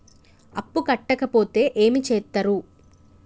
అప్పు కట్టకపోతే ఏమి చేత్తరు?